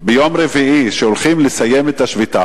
ביום רביעי שהולכים לסיים את השביתה,